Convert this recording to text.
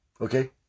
Okay